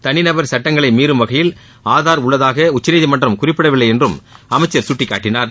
தனிநபர் சட்டங்களை மீறும் வகையில் ஆதார் உள்ளதாக உச்சந்திமன்றம் குறிப்பிடவில்லை என்றும் அமைச்சர் சுட்டிக்காட்டினார்